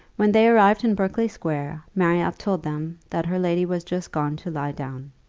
when they arrived in berkley-square, marriott told them that her lady was just gone to lie down.